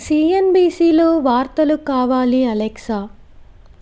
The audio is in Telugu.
సిఎన్బీసీలో వార్తలు కావాలి అలెక్సా